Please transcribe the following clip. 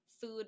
food